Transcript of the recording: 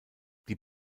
die